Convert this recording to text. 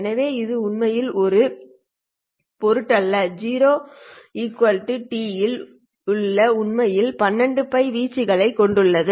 எனவே இது உண்மையில் ஒரு பொருட்டல்ல t 0 இல் இது உண்மையில் 12π வீச்சுகளைக் கொண்டுள்ளது